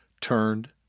Turned